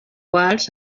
quals